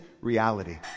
reality